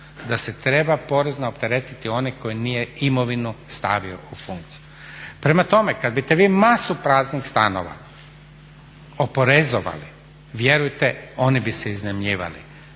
da se treba porezno opteretiti onaj koji nije imovinu stavio u funkciju. Prema tome, kad biste masu praznih stanova oporezovali, vjerujte oni bi se iznajmljivali.